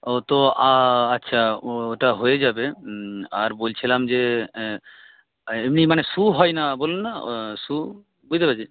ওতো আচ্ছা ওটা হয়ে যাবে আর বলছিলাম যে এমনি মানে শু হয় না বলেননা শু বুঝতে পেরেছেন